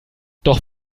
doch